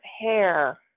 hair